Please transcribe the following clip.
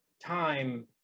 time